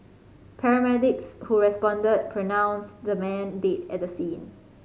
paramedics who responded pronounced the man did at the scene